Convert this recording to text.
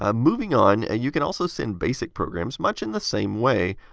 um moving on, you can also send basic programs much in the same way.